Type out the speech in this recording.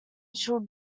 should